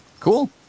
Cool